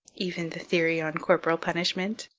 even the theory on corporal punishment,